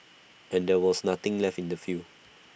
and there was nothing left in our field